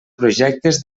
projectes